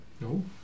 no